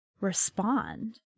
respond